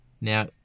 Now